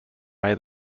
may